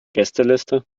gästeliste